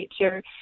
nature